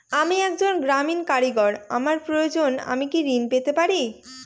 আমি একজন গ্রামীণ কারিগর আমার প্রয়োজনৃ আমি কি ঋণ পেতে পারি?